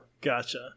Gotcha